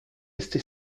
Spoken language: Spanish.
este